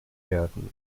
werden